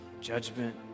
judgment